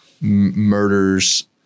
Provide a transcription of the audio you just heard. murders